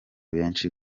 benshi